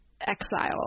exile